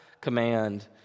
command